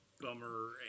bummer